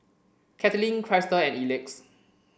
Katlyn Krystle and Elex